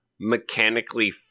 mechanically